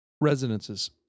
residences